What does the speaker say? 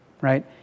right